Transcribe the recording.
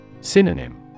Synonym